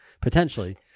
potentially